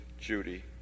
Judy